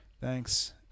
Thanks